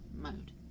mode